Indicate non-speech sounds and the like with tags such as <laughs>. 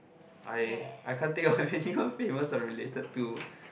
I I can't think of anyone <laughs> famous I'm related to